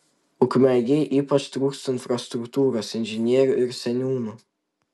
ukmergei ypač trūksta infrastruktūros inžinierių ir seniūnų